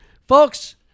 Folks